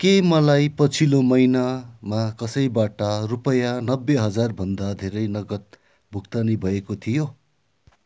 के मलाई पछिल्लो महिनामा कसैबाट रुपैयाँ नब्बे हजार भन्दा धेर नगद भुक्तानी भएको थियो